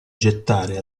gettare